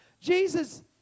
Jesus